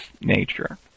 nature